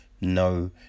no